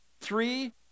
Three